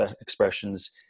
expressions